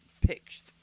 pitched